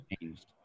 changed